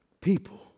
people